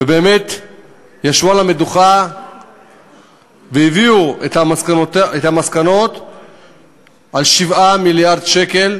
ובאמת ישבו על המדוכה והביאו את המסקנות על 7 מיליארד שקל.